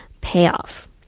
payoff